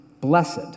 blessed